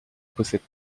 possède